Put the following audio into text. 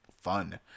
fun